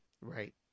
Right